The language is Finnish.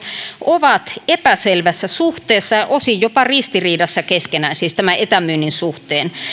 ovat epäselvässä suhteessa ja osin jopa ristiriidassa keskenään siis tämän etämyynnin suhteen